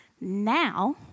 now